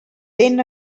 ben